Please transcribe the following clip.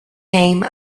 came